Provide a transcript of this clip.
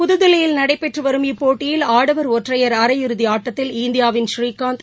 புதுதில்லியில் நடைபெற்று வரும் இப்போட்டியில் ஆடவர் ஒற்றையர் அரையிறுதி ஆட்டத்தில் இந்தியாவின் ஸ்ரீகாந்த்